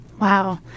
Wow